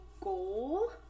goal